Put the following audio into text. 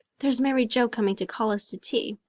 there's mary joe coming to call us to tea.